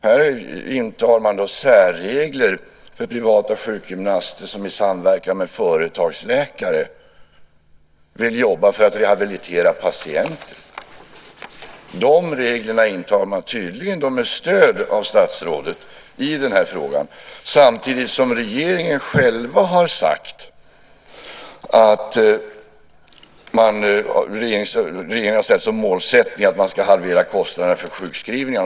Här tillämpas det särregler för privata sjukgymnaster som i samverkan med företagsläkare vill jobba för att rehabilitera patienter. Dessa regler tillämpar man tydligen med stöd av statsrådet. Samtidigt har regeringen själv den målsättningen att man ska halvera kostnaderna för sjukskrivningarna.